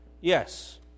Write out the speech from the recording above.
yes